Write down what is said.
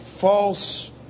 false